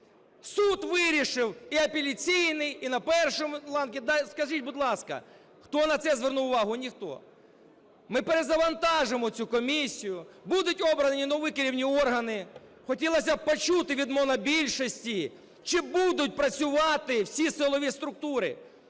Суд вирішив і апеляційний, і на першій ланці. Скажіть, будь ласка, хто на це звернув увагу? Ніхто. Ми перезавантажимо цю комісію, будуть обрані нові керівні органи. Хотілось би почути від монобільшості, чи будуть працювати всі силові структури.